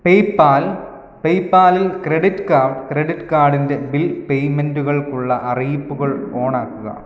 PayPal പേയ്പാലിൽ credit card credit കാർഡിൻ്റെ bill പേയ്മെൻറുകൾക്കുള്ള അറിയിപ്പുകൾ ഓണാക്കുക